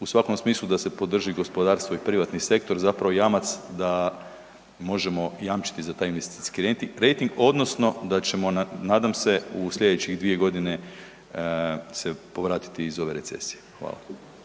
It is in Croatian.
u svakom smislu da se podrži gospodarstvo i privatni sektor zapravo jamac da možemo jamčiti za taj investicijski rejting odnosno da ćemo nadam se u sljedećih dvije godine se povratiti iz ove recesije. Hvala.